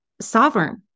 sovereign